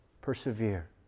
persevere